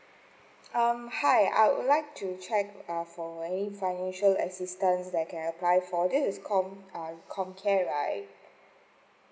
um hi I would like to check ah for any financial assistance that I can apply for this is com~ com care right